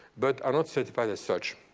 but are not certified as such.